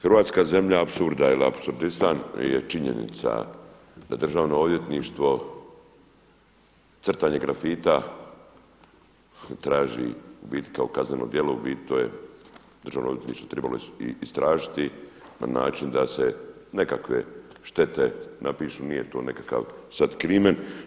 Hrvatska zemlja apsurda ili apsordistan je činjenica da Državno odvjetništvo crtanje grafita traži u biti kao kazneno djelo, u biti to je Državno odvjetništvo istražiti na način da se nekakve štete napišu, nije to nekakav sad krimen.